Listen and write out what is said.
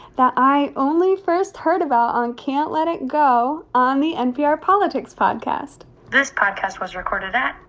that i only first heard about on can't let it go on the npr politics podcast this podcast was recorded at.